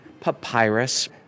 papyrus